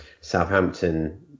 Southampton